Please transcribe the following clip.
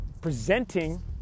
presenting